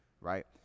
right